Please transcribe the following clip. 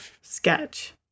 sketch